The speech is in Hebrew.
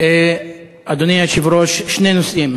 אדוני היושב-ראש, שני נושאים.